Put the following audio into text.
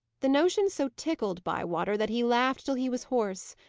the notion so tickled bywater, that he laughed till he was hoarse.